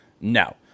No